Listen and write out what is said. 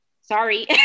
sorry